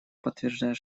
подтверждает